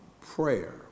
prayer